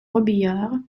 robiliard